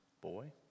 boy